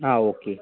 ആ ഓക്കെ